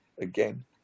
again